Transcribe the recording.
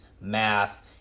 math